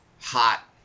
hot